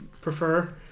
prefer